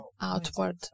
outward